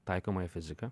taikomąją fiziką